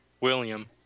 William